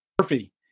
Murphy